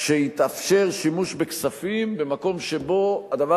שיתאפשר שימוש בכספים במקום שבו הדבר